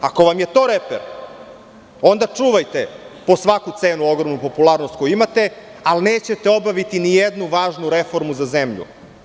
Ako vam je to reper, onda čuvajte po svaku cenu ogromnu popularnost koju imate, ali nećete obaviti nijednu važnu reformu za zemlju.